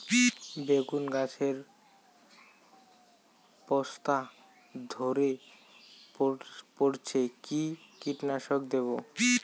বেগুন গাছের পস্তা ঝরে পড়ছে কি কীটনাশক দেব?